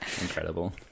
incredible